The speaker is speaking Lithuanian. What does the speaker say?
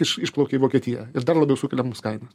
iš išplaukia į vokietiją ir dar labiau sukelia mums kainas